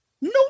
No